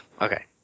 okay